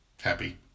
happy